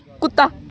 ਕੁੱਤਾ